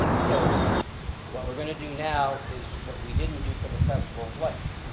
so what we're going to do now is what we didn't do for the festival of lights.